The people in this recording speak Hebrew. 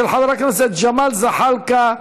של חברי הכנסת ג'מאל זחאלקה,